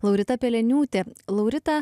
laurita peleniūtė laurita